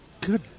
Good